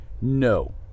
no